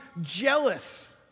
jealous